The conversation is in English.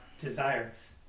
desires